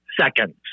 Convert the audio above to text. seconds